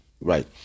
Right